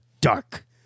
dark